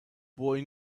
boy